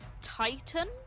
titan